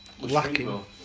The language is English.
lacking